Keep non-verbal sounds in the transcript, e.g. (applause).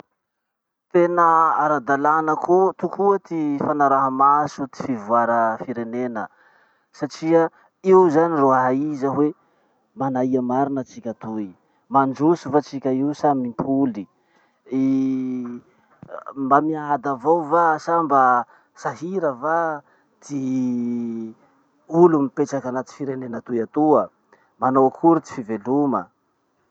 Tena ara-dalàna koa- tokoa ty fanaraha-maso ty fivoara firenena. Satria io zany ro ahaiza hoe manaia marina tsika toy, mandroso va tsika io sa mimpoly. (hesitation) Mba miada avao va sa mba sahira va ty olo mipetraky anaty firenena toy atoa. Manao akory ty fiveloma.